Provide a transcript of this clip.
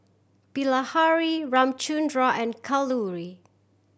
Bilahari Ramchundra and Kalluri